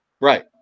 Right